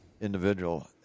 individual